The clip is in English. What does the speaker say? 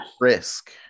risk